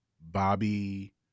Bobby